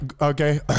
okay